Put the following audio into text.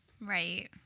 Right